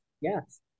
Yes